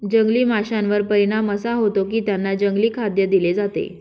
जंगली माशांवर परिणाम असा होतो की त्यांना जंगली खाद्य दिले जाते